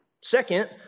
Second